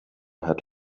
had